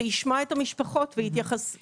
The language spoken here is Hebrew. שישמע את המשפחות ויתייחס אליהן.